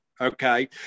Okay